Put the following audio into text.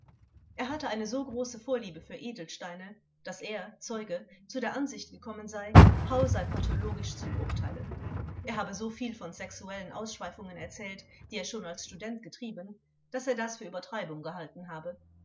er hatte eine so große vorliebe für edelsteine daß er z zu der ansicht gekommen sei hau sei pathologisch zu beurteilen er habe so viel von sexuellen ausschweifungen erzählt die er schon als student getrieben daß er das für übertreibung gehalten habe